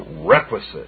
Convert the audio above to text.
requisite